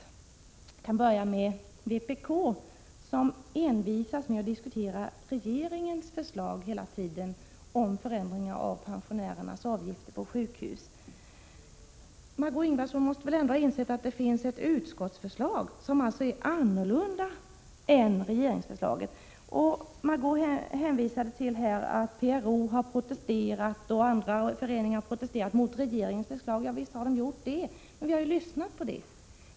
Jag skall börja med vpk-arna, som hela tiden envisas med att diskutera regeringens förslag om förändring av pensionärernas avgifter på sjukhus. Margö Ingvardsson måste väl ändå inse att det finns ett utskottsförslag som är annorlunda än regeringens förslag. Margö Ingvardsson hänvisade till att PRO och andra föreningar protesterat mot regeringens förslag. Visst har de gjort det, men vi har lyssnat till dem.